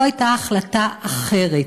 לא הייתה החלטה אחרת,